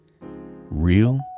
real